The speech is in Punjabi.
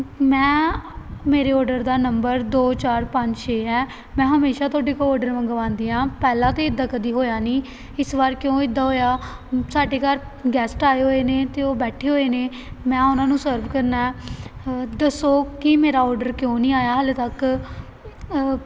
ਮੈਂ ਮੇਰੇ ਔਡਰ ਦਾ ਨੰਬਰ ਦੋ ਚਾਰ ਪੰਜ ਛੇ ਹੈ ਮੈਂ ਹਮੇਸ਼ਾ ਤੁਹਾਡੇ ਤੋਂ ਔਡਰ ਮੰਗਵਾਉਂਦੀ ਹਾਂ ਪਹਿਲਾਂ ਤਾਂ ਇੱਦਾਂ ਕਦੀ ਹੋਇਆ ਨਹੀਂ ਇਸ ਵਾਰ ਕਿਉਂ ਇੱਦਾਂ ਹੋਇਆ ਸਾਡੇ ਘਰ ਗੈਸਟ ਆਏ ਹੋਏ ਨੇ ਅਤੇ ਉਹ ਬੈਠੇ ਹੋਏ ਨੇ ਮੈਂ ਉਹਨਾਂ ਨੂੰ ਸਰਵ ਕਰਨਾ ਦੱਸੋ ਕਿ ਮੇਰਾ ਔਡਰ ਕਿਉਂ ਨਹੀਂ ਆਇਆ ਹਜੇ ਤੱਕ